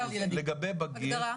לגבי בגיר,